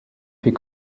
fait